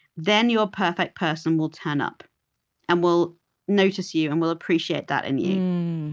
then your perfect person will turn up and will notice you and will appreciate that in you.